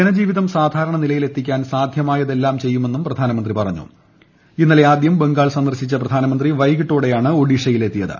ജനജീവിതം സാധാരണനിലയിലെത്തിക്കാൻ സാധ്യമായതെല്ലാം ചെയ്യുമെന്നും പ്രധാനമന്ത്രി പറഞ്ഞുട്ട് ഇന്നലെ ആദ്യം ബംഗാൾ സന്ദർശിച്ച പ്രധാനമന്ത്രി വൈകിട്ടോടെയാണ് ് ഒഡീഷയിലെത്തിയത്